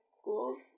schools